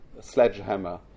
sledgehammer